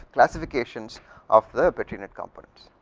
knowclassifications of the petri net components,